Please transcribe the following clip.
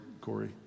Corey